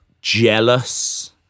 jealous